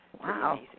Wow